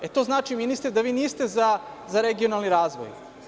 Jel to znači, ministre, da vi niste za regionalni razvoj?